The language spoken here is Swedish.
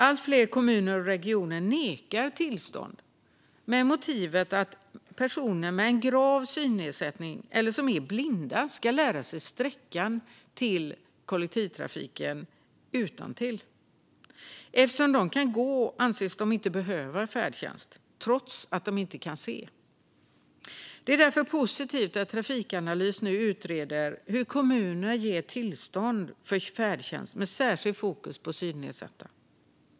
Allt fler kommuner och regioner nekar tillstånd med motivet att personer som har grav synnedsättning eller är blinda ska lära sig sträckan till kollektivtrafiken utantill. Eftersom de kan gå anses de inte behöva färdtjänst, trots att de inte kan se. Det är därför positivt att Trafikanalys nu utreder hur kommuner ger tillstånd för färdtjänst med särskilt fokus på synnedsatta.